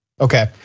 Okay